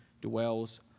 dwells